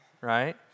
right